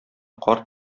карт